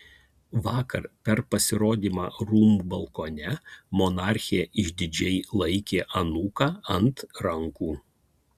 vakar per pasirodymą rūmų balkone monarchė išdidžiai laikė anūką ant rankų